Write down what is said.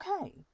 okay